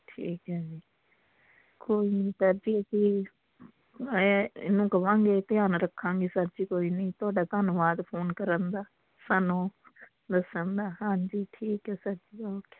ਠੀਕ ਹੈ ਜੀ ਕੋਈ ਨਹੀਂ ਸਰ ਜੀ ਐਂ ਆਂ ਇਹਨੂੰ ਕਹਾਂਗੇ ਧਿਆਨ ਰੱਖਾਂਗੇ ਸਰ ਜੀ ਕੋਈ ਨਹੀਂ ਤੁਹਾਡਾ ਧੰਨਵਾਦ ਫੋਨ ਕਰਨ ਦਾ ਸਾਨੂੰ ਦੱਸਣ ਦਾ ਹਾਂਜੀ ਠੀਕ ਹੈ ਸਰ ਜੀ ਓਕੇ